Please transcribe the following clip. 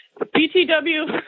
BTW